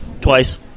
Twice